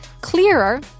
clearer